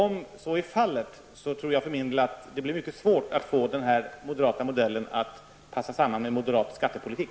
Om så är fallet tror jag för min del att det blir mycket svårt att få den moderata modellen att passa samman med moderat skattepolitik.